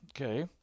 okay